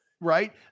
right